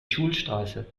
schulstraße